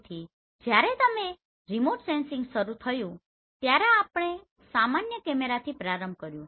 તેથી જ્યારે remote sensing શરૂ થયું ત્યારે આપણે સામાન્ય કેમેરાથી પ્રારંભ કર્યુ